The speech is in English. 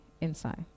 inside